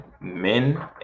men